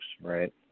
right